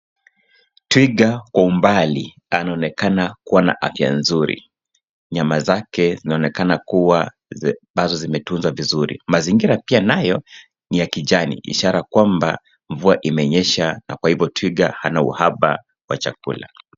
Twiga kwa umbali anaonekana kua na afya nzuri. Nyama zake zinaonekana kua ambazo zimetunzwa vizuri. Mazingira pia nayo ni ya kijani, ishara kwamba mvua imenyesha na kwa hivyo twiga hana uhaba wa chakula.